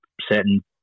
certain